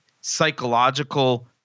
psychological